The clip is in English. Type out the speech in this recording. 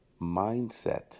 mindset